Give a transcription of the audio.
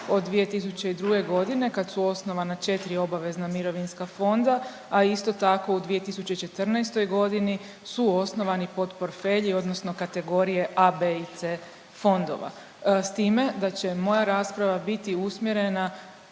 od 2002. godine kad su osnovana 4 obavezna mirovinska fonda, a isto tako u 2014. godini su osnovani podportfelji odnosno kategorije A, B i C fondova, s time da će moja rasprava biti usmjerena